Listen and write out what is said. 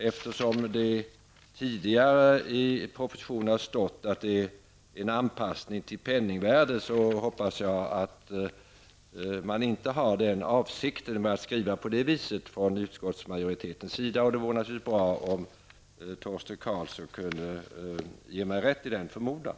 Eftersom det i propositionen står att det handlar om en anpassning till penningvärdet hoppas jag att det inte finns någon sådan avsikt genom att skriva på detta sätt. Det vore naturligtvis bra om Torsten Karlsson kunde ge mig rätt i den förmodan.